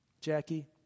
Jackie